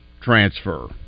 transfer